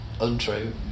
untrue